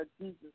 Jesus